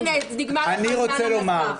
הנה נגמר לך זמן מסך.